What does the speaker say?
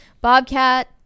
Bobcat